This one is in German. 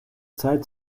zeit